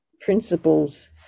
principles